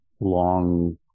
long